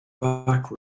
backwards